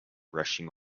rushing